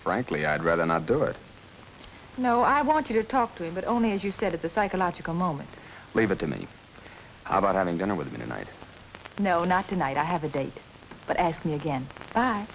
frankly i'd rather not do it no i want you to talk to him but only as you said at the psychological moment leave it to me how about having dinner with me tonight no not tonight i have a date but ask me again that